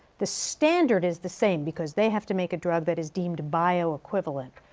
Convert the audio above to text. the standard is the same, because they have to make a drug that is deemed bio-equivalent.